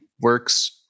works